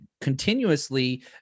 continuously